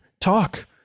Talk